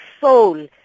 soul